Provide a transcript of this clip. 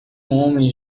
homem